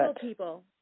people